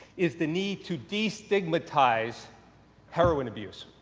is the need to destigmatize heroin abuse.